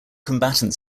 combatant